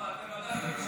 עדיין עם ממשלת,